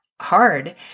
hard